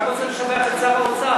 אני רק רוצה לשבח את שר האוצר.